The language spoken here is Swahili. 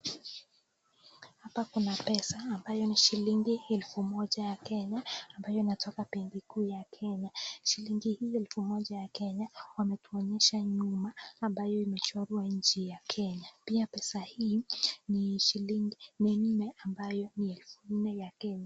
Hapa kuna pesa ambayo ni shilingi elfu moja ya Kenya, ambayo inatoka benki kuu ya Kenya. Shilingi hii, elfu moja ya Kenya, wametuonyesha nyuma ambayo imechorwa nchi ya Kenya. Pia pesa hii ni nne ambayo ni elfu nne ya Kenya.